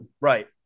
Right